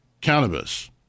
Cannabis